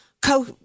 co